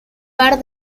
bar